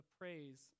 praise